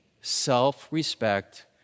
self-respect